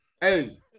Hey